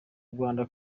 rwanda